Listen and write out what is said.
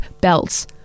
belts